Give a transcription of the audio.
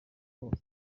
hose